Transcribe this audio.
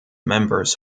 members